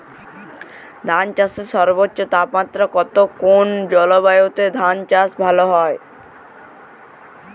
ধান চাষে সর্বোচ্চ তাপমাত্রা কত কোন জলবায়ুতে ধান চাষ ভালো হয়?